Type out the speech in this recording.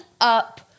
up